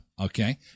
okay